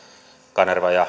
kanerva ja